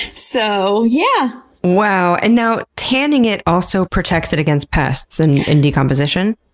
so yeah wow. and now, tanning it also protects it against pests and and decomposition?